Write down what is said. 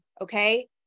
Okay